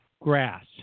grass